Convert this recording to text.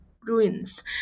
ruins